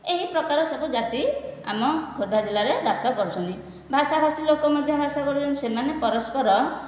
ଏହି ପ୍ରକାର ସବୁ ଜାତି ଆମ ଖୋର୍ଦ୍ଧା ଜିଲ୍ଲାରେ ବାସ କରୁଛନ୍ତି ଭାଷାଭାଷି ଲୋକ ମଧ୍ୟ ବାସ କରୁଛନ୍ତି ସେମାନେ ପରସ୍ପର